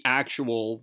actual